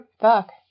Fuck